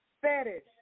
fetish